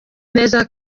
neza